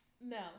No